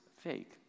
fake